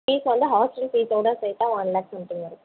fees வந்து hostel ஃபீஸ்ஸோட சேர்த்தா ஒன் லாக் வரைக்கும் வரும்